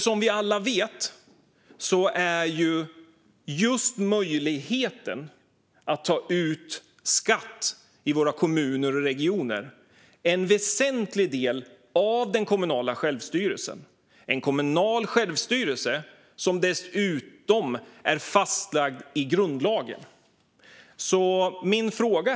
Som vi alla vet är just möjligheten att ta ut skatt i våra kommuner och regioner en väsentlig del av den kommunala självstyrelsen - en kommunal självstyrelse som dessutom är fastlagd i grundlagen. Herr talman!